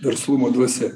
verslumo dvasia